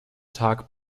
tag